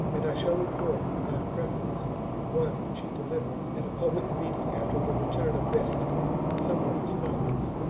and i shall report by preference one which he de livered at a public meeting after the return of bestia, somewhat as follows